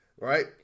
Right